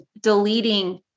deleting